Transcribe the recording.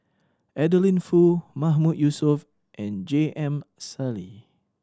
Adeline Foo Mahmood Yusof and J M Sali